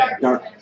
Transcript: Dark